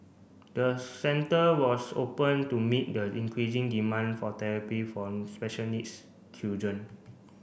the centre was opened to meet the increasing demand for therapy for special needs children